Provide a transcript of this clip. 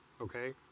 okay